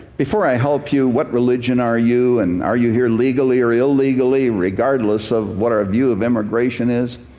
before i help you, what religion are you? and are you here legally or illegally? regardless of what our view of immigration is,